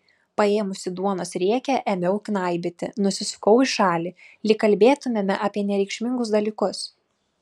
paėmusi duonos riekę ėmiau knaibyti nusisukau į šalį lyg kalbėtumėme apie nereikšmingus dalykus